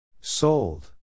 Sold